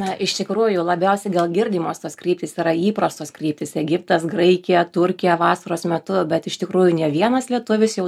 na iš tikrųjų labiausiai gal girdimos tos kryptys yra įprastos kryptys egiptas graikija turkija vasaros metu bet iš tikrųjų ne vienas lietuvis jau